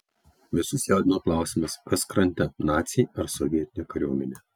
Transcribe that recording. visus jaudino klausimas kas krante naciai ar sovietinė kariuomenė